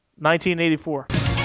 1984